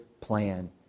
plan